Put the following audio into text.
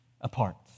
apart